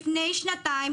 לפני שנתיים,